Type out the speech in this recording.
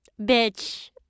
Bitch